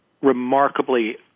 remarkably